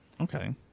Okay